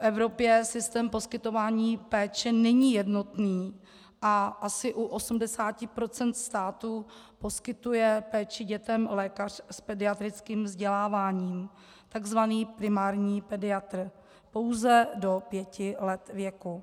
V Evropě systém poskytování péče není jednotný a asi u 80 % států poskytuje péči dětem lékař s pediatrickým vzděláváním, takzvaný primární pediatr, pouze do pěti let věku.